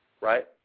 right